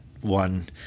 one